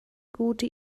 gute